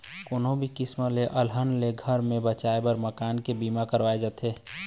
कोनो भी किसम के अलहन ले घर ल बचाए बर मकान के बीमा करवाए जाथे